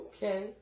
Okay